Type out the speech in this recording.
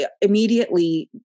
immediately